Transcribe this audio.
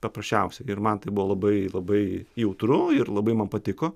paprasčiausiai ir man tai buvo labai labai jautru ir labai man patiko